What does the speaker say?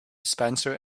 spencer